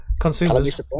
consumers